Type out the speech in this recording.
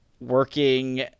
working